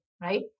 Right